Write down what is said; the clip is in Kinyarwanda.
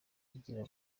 agira